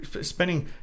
Spending